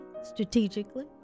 Strategically